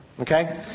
Okay